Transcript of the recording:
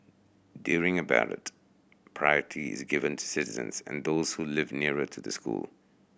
during a ballot priority is given to citizens and those who live nearer to the school